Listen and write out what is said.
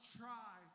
try